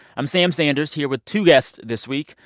i'm sam sanders, here with two guests this week,